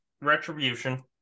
retribution